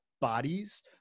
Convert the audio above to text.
bodies